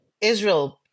Israel